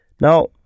Now